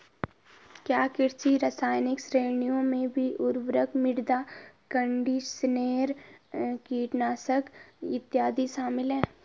क्या कृषि रसायन श्रेणियों में उर्वरक, मृदा कंडीशनर, कीटनाशक इत्यादि शामिल हैं?